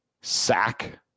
sack